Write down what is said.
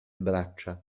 braccia